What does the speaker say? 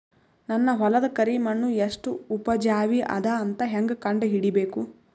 ನನ್ನ ಹೊಲದ ಕರಿ ಮಣ್ಣು ಎಷ್ಟು ಉಪಜಾವಿ ಅದ ಅಂತ ಹೇಂಗ ಕಂಡ ಹಿಡಿಬೇಕು?